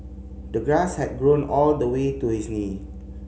the grass had grown all the way to his knee